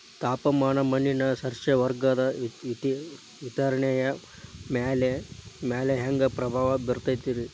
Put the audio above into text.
ತಾಪಮಾನ ಮಣ್ಣಿನ ಸಸ್ಯವರ್ಗದ ವಿತರಣೆಯ ಮ್ಯಾಲ ಹ್ಯಾಂಗ ಪ್ರಭಾವ ಬೇರ್ತದ್ರಿ?